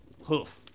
hoof